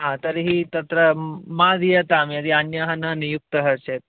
ह तर्हि तत्र मा दीयतां यदि अन्यः न नियुक्तः चेत्